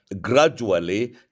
gradually